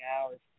hours